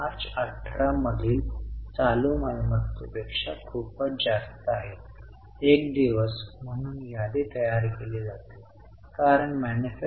प्रारंभिक शिल्लक 21 होती बंद शिल्लक 55 होती डेप्रिसिएशन झाल्याने कपात केली जाते 5